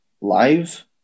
live